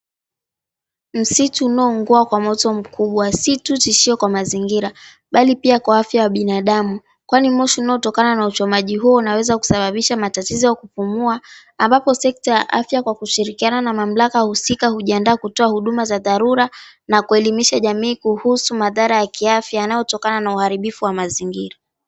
Msitu unaoungua kwa moto mkubwa si tu tishio kwa mazingira, bali pia kwa afya ya binadamu. Kwani moshi unaotokana na uchomaji huu unaweza kusababisha matatizo ya kupumua. Ambapo, sekta ya afya kwa kushirikiana na mamlaka husika hujiandaa kutoa huduma za dharura, na kuelimisha jamii kuhusu madhara ya kiafya yanayotokana na uharibifu wa mazingira.